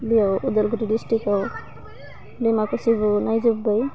बेयाव अदालगुरि डिस्टिक्टआव डिमाकुसिखौ नायजोब्बाय